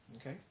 okay